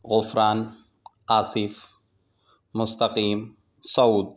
Ghufran Asif Mustaqeem Saud